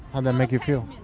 how'd that make you feel?